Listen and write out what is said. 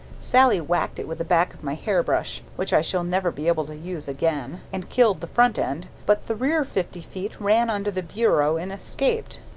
sallie whacked it with the back of my hair brush which i shall never be able to use again and killed the front end, but the rear fifty feet ran under the bureau and escaped.